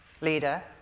leader